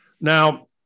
Now